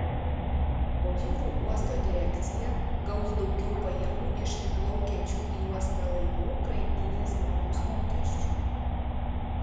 o jūrų uosto direkcija gaus daugiau pajamų iš įplaukiančių į uostą laivų krantinės nuomos mokesčių